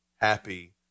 happy